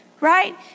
right